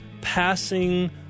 passing